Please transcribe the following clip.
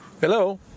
Hello